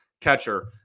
catcher